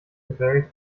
gefällt